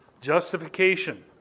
Justification